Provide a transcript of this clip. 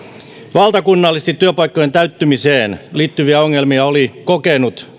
valtakunnallisesti työpaikkojen täyttämiseen liittyviä ongelmia oli kokenut